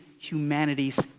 humanity's